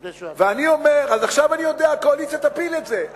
לפני, אז אני יודע שהקואליציה תפיל את זה.